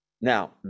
Now